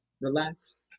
Relax